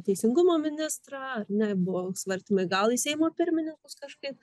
teisingumo ministrą ar ne buvo svarstymai gal į seimo pirmininkus kažkaip